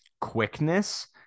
quickness